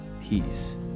peace